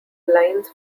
lines